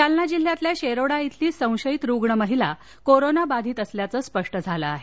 जालना जिल्ह्यातल्या शेरोडा इथली संशयित रुग्ण महिला कोरोना बाधित असल्याचं स्पष्ट झालं आहे